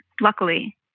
luckily